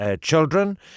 children